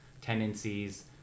tendencies